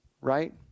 Right